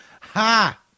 Ha